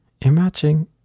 imagine